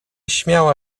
śmiała